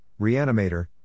Reanimator